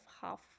half